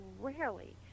rarely